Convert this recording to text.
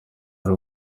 ari